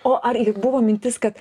o ar juk buvo mintis kad